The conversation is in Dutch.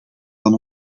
van